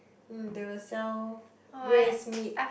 mm they will sell braised meat